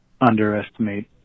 underestimate